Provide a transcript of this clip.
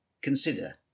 consider